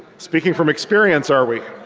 speaking from experience are we?